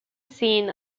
seen